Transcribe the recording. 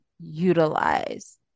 utilize